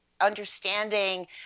understanding